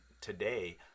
today